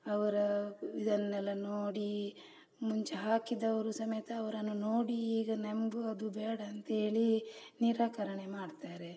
ಅವರ ಇದನ್ನೆಲ್ಲ ನೋಡಿ ಮುಂಚೆ ಹಾಕಿದವರು ಸಮೇತ ಅವರನ್ನು ನೋಡಿ ಈಗ ನಮಗೂ ಅದು ಬೇಡ ಅಂಥೇಳಿ ನಿರಾಕರಣೆ ಮಾಡ್ತಾರೆ